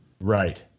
right